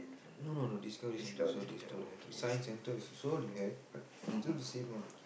no no no discovery centre also they still have science centre is also they have but still the same lah